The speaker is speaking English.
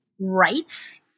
Rights